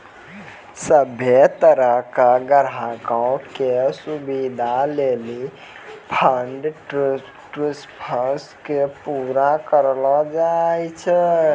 सभ्भे तरहो के ग्राहको के सुविधे लेली फंड ट्रांस्फर के पूरा करलो जाय छै